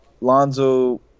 Lonzo